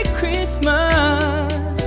Christmas